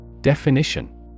Definition